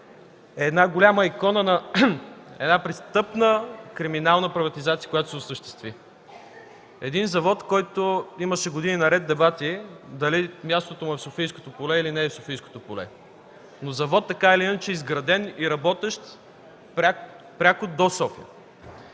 е голяма икона на престъпна криминална приватизация, която се осъществи – един завод, за който години наред имаше дебати дали мястото му е в софийското поле или не е в софийското поле, но завод, така или иначе, изграден и работещ пряко до София.